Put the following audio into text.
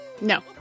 No